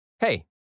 Hey